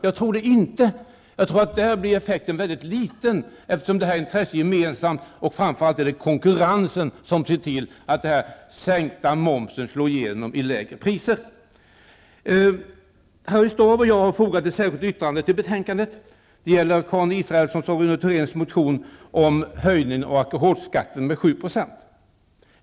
Jag tror inte det. Där blir effekten mycket liten, eftersom detta intresse är gemensamt. Framför allt är det konkurrensen som ser till att den sänkta momsen slår igenom i lägre priser. Harry Staaf och jag har fogat ett särskilt yttrande till betänkandet. Det gäller Karin Israelssons och Rune Thoréns motion om höjningen av alkoholskatten med 7 %.